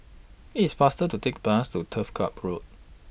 IT IS faster to Take Bus to Turf Ciub Road